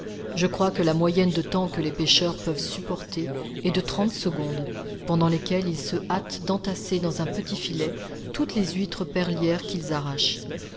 je crois que la moyenne de temps que les pêcheurs peuvent supporter est de trente secondes pendant lesquelles ils se hâtent d'entasser dans un petit filet toutes les huîtres perlières qu'ils arrachent